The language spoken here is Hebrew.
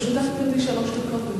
לרשותך, גברתי, שלוש דקות.